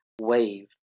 wave